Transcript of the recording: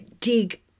dig